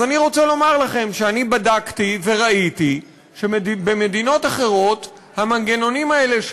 אז אני רוצה לומר לכם שאני בדקתי וראיתי שבמדינות אחרות המנגנונים האלה,